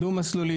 כביש דו-מסלולי,